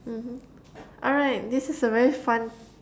mmhmm alright this is a very fun